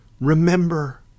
Remember